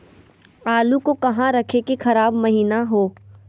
आलू को कहां रखे की खराब महिना हो?